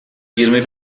yirmi